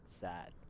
sad